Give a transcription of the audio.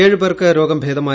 ഏഴുപേർക്ക് രോഗം ഭേദമായി